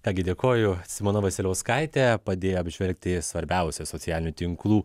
ką gi dėkoju simona vasiliauskaitė padėjo apžvelgti svarbiausias socialinių tinklų